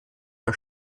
das